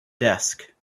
desk